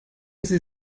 sie